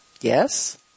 Yes